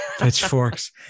Pitchforks